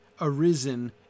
arisen